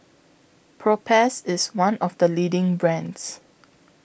Propass IS one of The leading brands